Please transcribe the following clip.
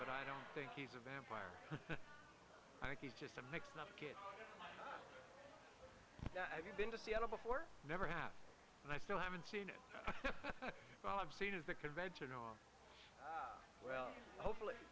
but i don't think he's a vampire i think he's just a if you've been to seattle before never have and i still haven't seen it all i've seen is the convention on well hopefully